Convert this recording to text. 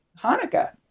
Hanukkah